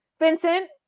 Vincent